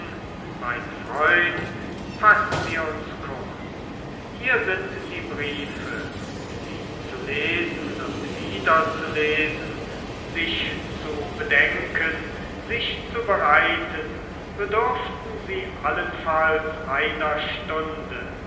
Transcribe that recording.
mein freund fassen wir uns kurz hier sind die briefe sie zu lesen und wieder zu lesen sich zu bedenken sich zu bereiten bedürften sie allenfalls einer stunde